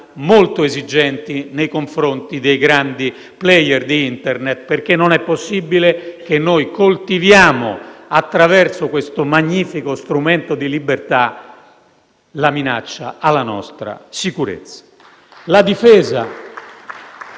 molto esigenti nei confronti dei grandi *player* di Internet. Non è possibile, infatti, che noi coltiviamo, attraverso questo magnifico strumento di libertà, la minaccia alla nostra sicurezza. *(Applausi